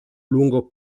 lungo